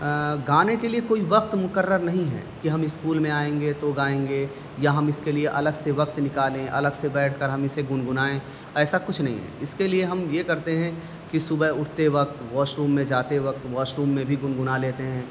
گانے کے لیے کوئی وقت مقرر نہیں ہے کہ ہم اسکول میں آئیں گے تو گائیں گے یا ہم اس کے لیے الگ سے وقت نکالیں الگ سے بیٹھ کر ہم اسے گنگنائیں ایسا کچھ نہیں ہے اس کے لیے ہم یہ کرتے ہیں کہ صبح اٹھتے وقت واش روم میں جاتے وقت واش روم میں بھی گنگنا لیتے ہیں